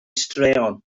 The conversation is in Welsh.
straeon